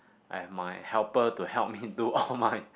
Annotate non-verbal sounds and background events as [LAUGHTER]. I have my helper to help me do all my [LAUGHS]